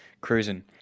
cruising